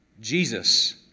Jesus